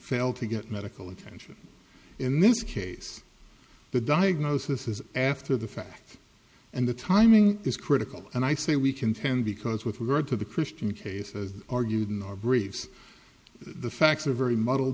fail to get medical attention in this case the diagnosis is after the fact and the timing is critical and i say we contend because with regard to the christian case as argued in our briefs the facts are very muddled